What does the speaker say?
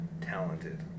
talented